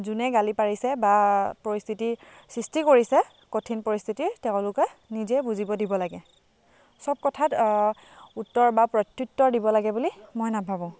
যোনে গালি পাৰিছে বা পৰিস্থিতি সৃষ্টি কৰিছে কঠিন পৰিস্থিতিৰ তেওঁলোকে নিজে বুজিব দিব লাগে সব কথাত উত্তৰ বা প্ৰত্যুত্তৰ দিব লাগে বুলি মই নাভাবোঁ